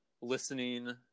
listening